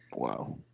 Wow